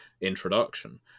introduction